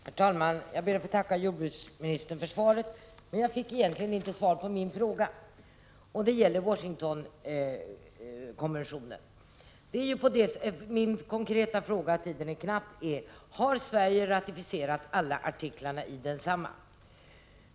Herr talman! Jag ber att få tacka jordbruksministern för svaret, men jag fick egentligen inte svar på min fråga. Den gäller Washingtonkonventionen. Tiden är knapp, och min konkreta fråga är: Har Sverige ratificerat alla artiklar i Washingtonkonventionen?